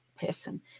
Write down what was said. person